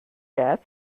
jazz